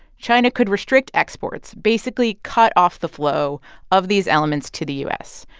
china could restrict exports, basically cut off the flow of these elements to the u s.